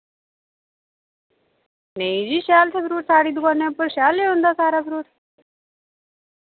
नेईं जी शैल हे फ्रूट साढ़ी दुकाना उप्पर शैल ही होंदा सारा फ्रूट